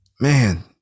Man